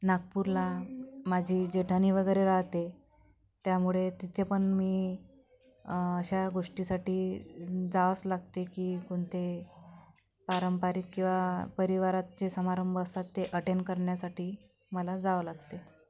नागपूरला माझी जेठानी वगैरे राहते त्यामुळे तिथे पण मी अशा गोष्टीसाठी जावंच लागते की कोणते पारंपरिक किंवा परिवारात जे समारंभ असतात ते अटेंड करण्यासाठी मला जावं लागते